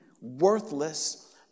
worthless